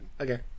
Okay